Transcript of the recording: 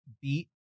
beat